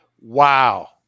Wow